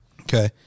Okay